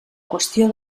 qüestió